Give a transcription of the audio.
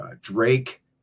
Drake